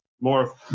More